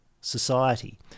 society